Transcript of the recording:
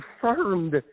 confirmed –